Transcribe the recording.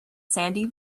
sandy